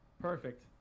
Perfect